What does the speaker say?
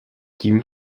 tím